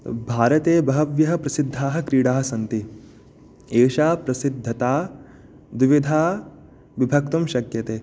भारते बहव्यः प्रसिद्धाः क्रीडाः सन्ति एषा प्रसिद्धता द्विविधा विभक्तुं शक्यते